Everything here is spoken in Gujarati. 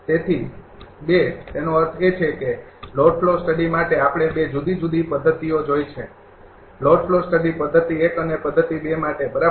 તેથી ૨ તેનો અર્થ એ છે કે લોડ ફ્લો સ્ટડીઝ માટે આપણે ૨ જુદી જુદી ૨ જુદી જુદી પદ્ધતિઓ જોઇ છે લોડ ફ્લો સ્ટડીઝ પદ્ધતિ ૧ અને પદ્ધતિ ૨ માટે બરાબર